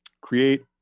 create